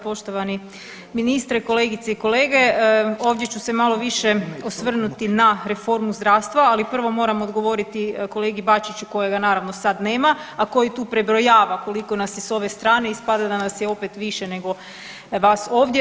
Poštovani ministre, kolegice i kolege, ovdje ću se malo više osvrnuti na reformu zdravstva, ali prvo moram odgovoriti kolegi Bačiću kojega naravno sad nema, a koji tu prebrojava koliko nas je s ove strane, ispada da nas je opet više nego vas ovdje.